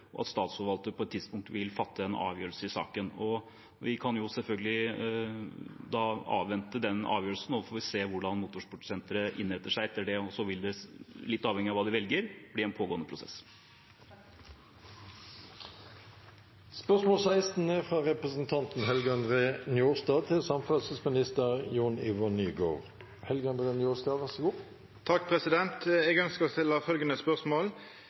og at Statsforvalteren på et tidspunkt vil fatte en avgjørelse i saken. Vi kan jo selvfølgelig avvente den avgjørelsen, og så får vi se hvordan motorsportsenteret innretter seg etter det. Så vil det, litt avhengig av hva man velger, bli en pågående prosess. Eg ønskjer å stilla følgjande spørsmål,